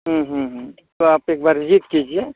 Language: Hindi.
हूं हूं हूं तो आप एक बार विजिट कीजिए